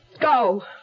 Go